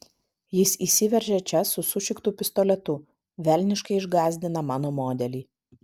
jis įsiveržia čia su sušiktu pistoletu velniškai išgąsdina mano modelį